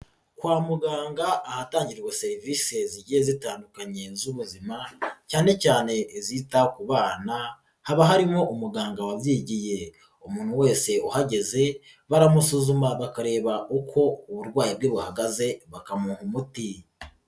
Kwa muganga ahatangirwa serivisi zigiye zitandukanye z'ubuzima, cyane cyane izita ku bana, haba harimo umuganga wabyigiye. Umuntu wese uhageze, baramusuzuma bakareba uko uburwayi bwe buhagaze bakamuha umuti.